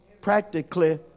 practically